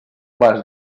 vas